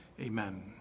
Amen